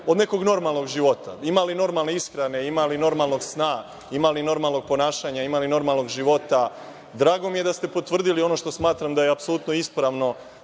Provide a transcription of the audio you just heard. od nekog normalnog života. Ima li normalne ishrane? Ima li normalnog sna? Ima li normalnog ponašanja? Ima li normalnog života? Drago mi je da ste potvrdili ono što smatram da je apsolutno ispravno,